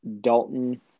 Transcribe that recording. Dalton